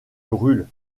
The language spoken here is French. brûle